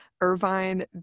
Irvine